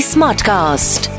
Smartcast